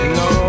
no